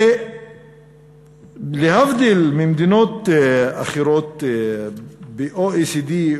ולהבדיל ממדינות אחרות ב-OECD,